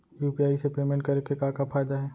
UPI से payment करे के का का फायदा हे?